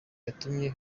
yatumye